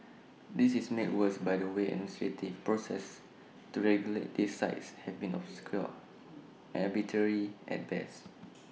this is made worse by the way administrative processes to regulate these sites have been obscure arbitrary at best